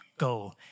Go